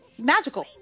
magical